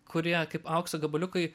kurie kaip aukso gabaliukai